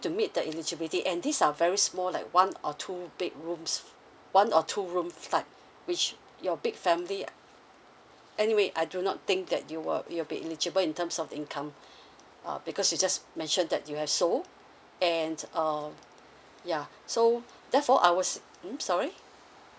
to meet the eligibility and these are very small like one or two bedrooms one or two room flat which your big family anyway I do not think that you will be eligible in terms of income uh because you just mentioned that you have sold and um yeah so therefore I was um sorry